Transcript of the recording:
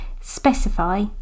specify